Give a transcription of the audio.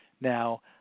Now